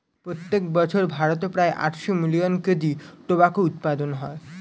প্রত্যেক বছর ভারতে প্রায় আটশো মিলিয়ন কেজি টোবাকোর উৎপাদন হয়